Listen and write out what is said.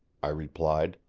i replied,